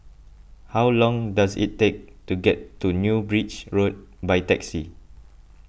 how long does it take to get to New Bridge Road by taxi